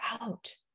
out